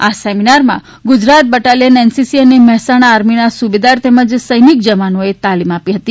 આ સેમીનારમાં Gujarat battalion NCC અને મહેસાણા આર્મીના સુબેદાર તેમજ સૈનિક જવાનોએ તાલીમ આપી હતી